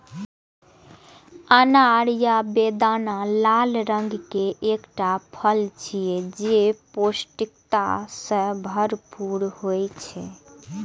अनार या बेदाना लाल रंग के एकटा फल छियै, जे पौष्टिकता सं भरपूर होइ छै